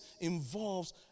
involves